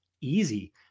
Easy